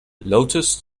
lotus